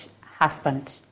husband